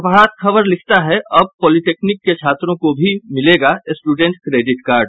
प्रभात खबर लिखता है अब पोलिटेक्निक के छात्रों को भी मिलेगा स्टूडेंट क्रेडिट कार्ड